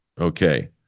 Okay